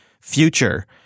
future